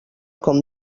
com